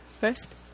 first